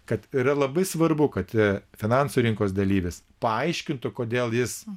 kad yra labai svarbu kad finansų rinkos dalyvis paaiškintų kodėl jis